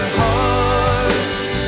hearts